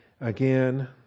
Again